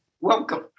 Welcome